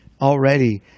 already